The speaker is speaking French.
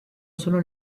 selon